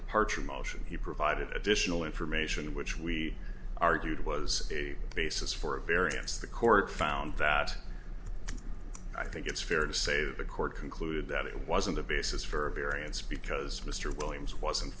departure motion he provided additional information which we argued was a basis for a variance the court found that i think it's fair to say that the court concluded that it wasn't a basis for a variance because mr williams wasn't